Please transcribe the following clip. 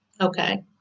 Okay